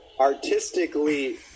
artistically